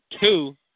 two